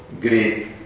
great